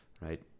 right